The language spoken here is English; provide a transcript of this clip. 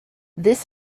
this